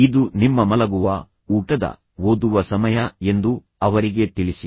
ಇದು ನಿಮ್ಮ ಮಲಗುವ ಊಟದ ಓದುವ ಸಮಯ ಎಂದು ಅವರಿಗೆ ತಿಳಿಸಿ